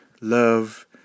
love